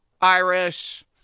Irish